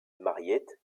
mariette